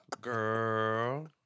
Girl